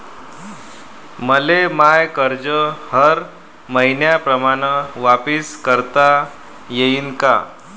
मले माय कर्ज हर मईन्याप्रमाणं वापिस करता येईन का?